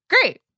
Great